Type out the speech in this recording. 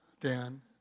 Dan